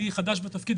אני חדש בתפקיד,